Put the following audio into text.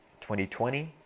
2020